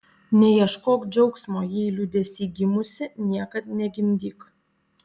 neieškok džiaugsmo jei liūdesy gimusi niekad negimdyk